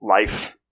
life